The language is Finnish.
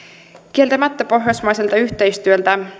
kieltämättä pohjoismaiselta yhteistyöltä